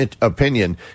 opinion